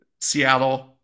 Seattle